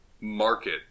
market